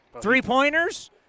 Three-pointers